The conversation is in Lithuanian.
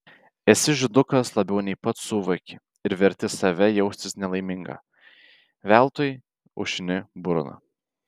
esi žydukas labiau nei pats suvoki ir verti save jaustis nelaimingą veltui aušini burną